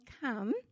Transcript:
come